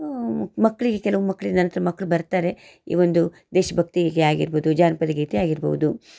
ಮಕ್ಳಿಗೆ ಕೆಲವು ಮಕ್ಕಳಿಗೆ ನನ್ನ ಹತ್ತಿರ ಮಕ್ಕಳು ಬರ್ತಾರೆ ಈ ಒಂದು ದೇಶಭಕ್ತಿ ಗೀತೆ ಆಗಿರ್ಬೋದು ಜಾನಪದ ಗೀತೆ ಆಗಿರ್ಬೌದು